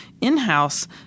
in-house